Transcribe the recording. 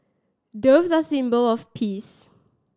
doves are a symbol of peace